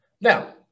Now